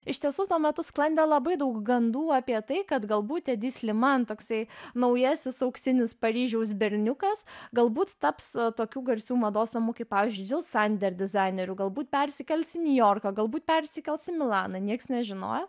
iš tiesų tuo metu sklandė labai daug gandų apie tai kad galbūt edi sliman toksai naujasis auksinis paryžiaus berniukas galbūt taps tokių garsių mados namų kaip pavyzdžiui dėl džil sander dizaineriu galbūt persikels į niujorką galbūt persikels į milaną nieks nežinojo